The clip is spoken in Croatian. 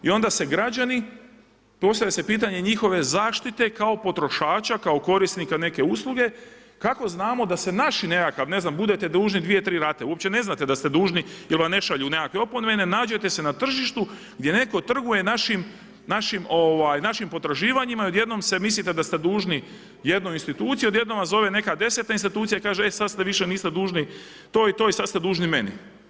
I onda se građani, postavlja se pitanje njihove zaštite kao potrošača, kao korisnika neke usluge kako znamo da se naši nekakav, ne znam, budete dužni 2, 3 rate, uopće ne znate da ste dužni ili vam ne šalju nekakve opomene, nađete se na tržištu gdje netko trguje našim potraživanjima i odjednom mislite da ste dužni jednoj instituciji, odjednom vas zove neka 10-ta institucija i kaže e sada ste više niste dužni to i to i sada ste dužni meni.